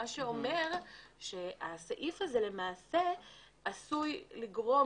מה שאומר שהסעיף הזה למעשה עשוי לגרום